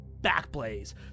Backblaze